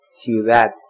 ciudad